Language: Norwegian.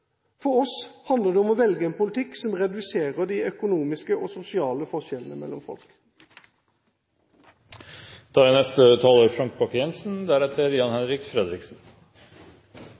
for oss handler det om å velge en politikk som reduserer de økonomiske og sosiale forskjellene mellom